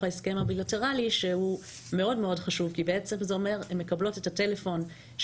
ההסכם הבילטרלי שהוא מאוד-מאוד חשוב כי הן מקבלות את הטלפון,